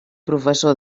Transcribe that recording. professor